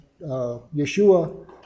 Yeshua